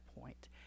point